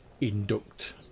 induct